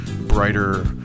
brighter